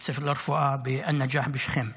בית הספר לרפואה א-נג'אח בשכם,